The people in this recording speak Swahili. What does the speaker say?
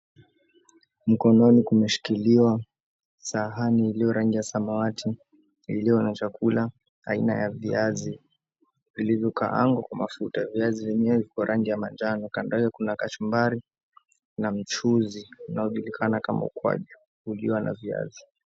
Mkononi kumeshikiliwa sahani iliyo rangi ya samawati, iliyo na chakula aina ya viazi vilivyo kaangwa kwa mafuta. Viazi vyenyewe viko rangi ya manjano. Kando yake kuna kachumbari na mchuuzi unaojulikana kama ukwaju wa kuliwa na viazi.